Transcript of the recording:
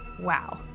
wow